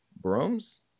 brooms